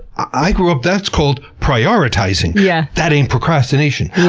i grew up, that's called prioritizing. yeah that ain't procrastination.